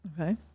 Okay